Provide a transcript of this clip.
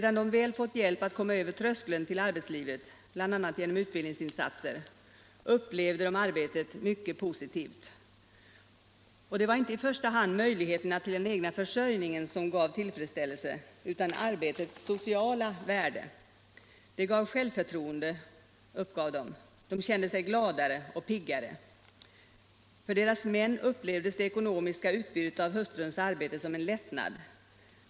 Sedan de väl fått hjälp att komma över tröskeln till arbetslivet, bl.a. genom utbildningsinsatser, upplevde de arbetet mycket positivt. Det var inte i första hand möjligheterna till den egna försörjningen som gav tillfredsställelse utan arbetets ”sociala” värde. Det gav självförtroende, uppgav de. De kände sig gladare och piggare. För deras män upplevdes det ekonomiska utbytet av hustruns arbete som en lättnad.